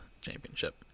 Championship